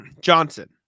Johnson